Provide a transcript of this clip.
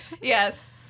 yes